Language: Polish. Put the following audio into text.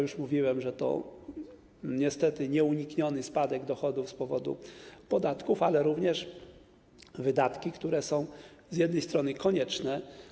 Już mówiłem, że to niestety nieunikniony spadek dochodów z podatków, ale również wydatki, które są z jednej strony konieczne.